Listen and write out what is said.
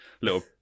little